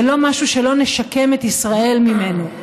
ולא משהו שלא נשקם את ישראל ממנו.